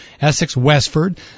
Essex-Westford